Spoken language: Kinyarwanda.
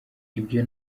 ibyo